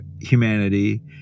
humanity